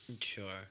Sure